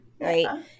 right